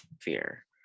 fear